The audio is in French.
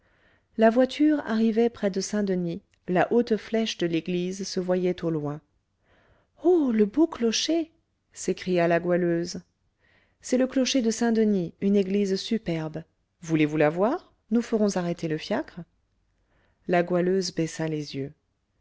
la voiture arrivait près de saint-denis la haute flèche de l'église se voyait au loin oh le beau clocher s'écria la goualeuse c'est le clocher de saint-denis une église superbe voulez-vous la voir nous ferons arrêter le fiacre la goualeuse baissa les yeux